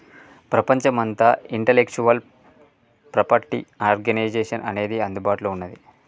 ప్రపంచమంతా ఈ intellectual property organization అనేది అందుబాటులో ఉన్నది